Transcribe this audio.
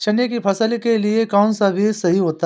चने की फसल के लिए कौनसा बीज सही होता है?